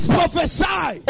prophesy